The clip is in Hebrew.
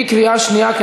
בקריאה שנייה,